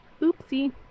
Oopsie